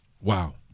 Wow